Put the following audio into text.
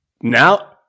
Now